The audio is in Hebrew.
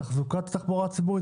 תחזוקת התחבורה הציבורית,